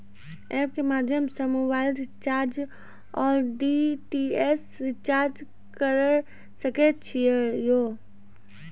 App के माध्यम से मोबाइल रिचार्ज ओर डी.टी.एच रिचार्ज करऽ सके छी यो?